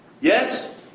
Yes